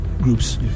groups